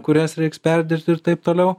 kurias reiks perdirbt ir taip toliau